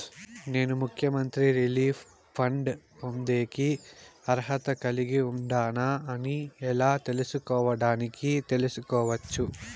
నేను ముఖ్యమంత్రి relief fund పొందేకి అర్హత కలిగి ఉండానా అని ఎలా తెలుసుకోవడానికి తెలుసుకోవచ్చు